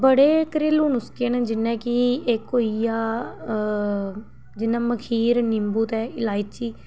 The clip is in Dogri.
बड़े घरेलू नुस्के न जियां कि इक होई गेआ जियां मखीर नीबू ते इलाईची